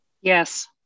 Yes